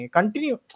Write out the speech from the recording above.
continue